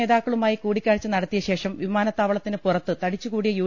നേതാക്കളുമായി കൂടിക്കാഴ്ച നടത്തിയശേഷം വിമാനത്താവളത്തിനു പുറത്ത് തടിച്ചുകൂടിയ യു